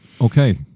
Okay